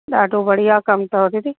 ॾाढो बढ़िया कमु अथव दीदी